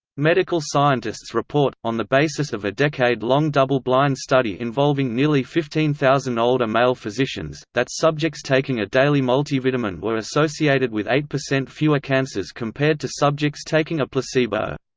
medical scientists report, on the basis of a decade-long double-blind study involving nearly fifteen thousand older male physicians, that subjects taking a daily multivitamin were associated with eight percent fewer cancers compared to subjects taking a placebo.